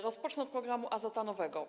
Rozpocznę od programu azotanowego.